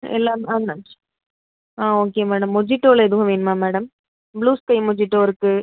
ஆ okay madam மொஜிட்டோவில எதுவும் வேணுமா மேடம் ப்ளூ ஸ்பே மொஜிட்டோ இருக்கு